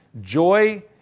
Joy